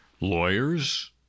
lawyers